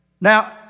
Now